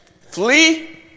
flee